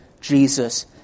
Jesus